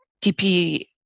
TP